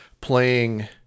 playing